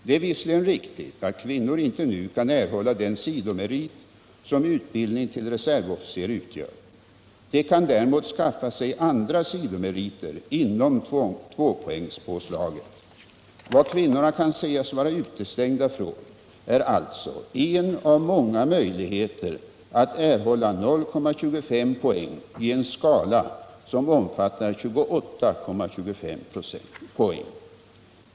Det är visserligen riktigt att kvinnor inte nu kan erhålla den sidomerit som utbildning till reservofficer utgör. De kan däremot skaffa sig andra sidomeriter inom tvåpoängspåslaget. Vad kvinnorna kan sägas vara utestängda från är alltså en av många möjligheter att erhålla 0,25 poäng i en skala som omfattar 28,25 poäng.